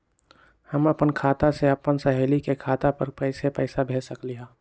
हम अपना खाता से अपन सहेली के खाता पर कइसे पैसा भेज सकली ह?